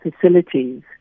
facilities